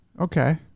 Okay